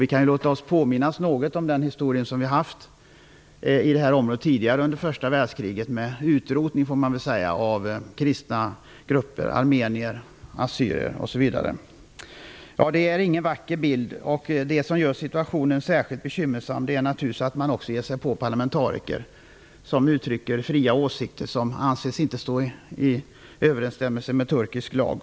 Vi kan låta oss påminnas något om den historia som detta område har haft tidigare, under första världskriget, med utrotning av kristna grupper: armenier, assyrier osv. Det är ingen vacker bild. Det som gör situationen så bekymmersam är naturligtvis att man också ger sig på parlamentariker som uttrycker fria åsikter som inte anses stå i överensstämmelse med Turkisk lag.